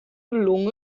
nicht